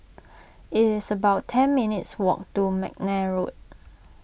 it is about ten minutes' walk to McNair Road